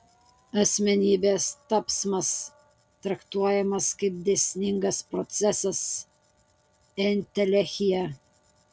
asmenybės tapsmas traktuojamas kaip dėsningas procesas entelechija